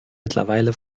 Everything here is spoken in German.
mittlerweile